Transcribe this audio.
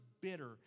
bitter